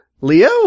Leo